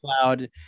cloud